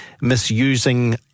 misusing